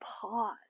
pause